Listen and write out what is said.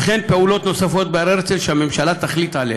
וכן פעולות נוספות בהר הרצל שהממשלה תחליט עליהן,